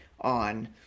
on